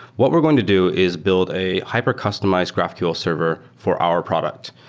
what we're going to do is build a hyper customized graphql server for our product,